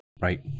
Right